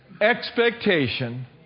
expectation